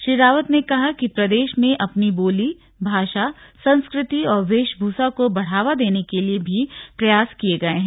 श्री रावत ने कहा कि प्रदेश में अपनी बोली भाषा संस्कृति और वेशभूषा को बढ़ावा देने के लिये भी प्रयास किये गये हैं